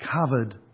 covered